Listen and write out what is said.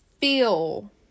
feel